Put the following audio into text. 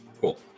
Cool